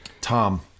Tom